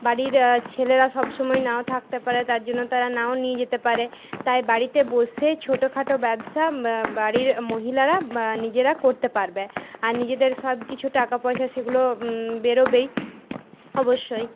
বাড়ির ছেলেরা সবসময় নাও থাকতে পারে তার জন্য তারা নাও নিয়ে যেতে পারে তাই বাড়িতে বসেই ছোটখাটো ব্যবসা বাড়ির মহিলারা নিজেরা করতে পারবে আর নিজের সব কিছু টাকা পয়সা সেগুলো বেরবেই অবশ্যই